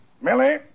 Millie